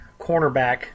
cornerback